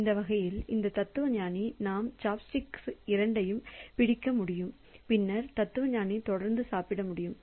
அந்த வகையில் இந்த தத்துவஞானி நாம் சாப்ஸ்டிக்ஸ் இரண்டையும் பிடிக்க முடியும் பின்னர் தத்துவஞானி தொடர்ந்து சாப்பிட முடியும்